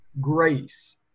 grace